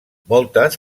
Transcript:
moltes